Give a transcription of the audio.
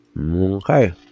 Okay